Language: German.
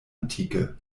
antike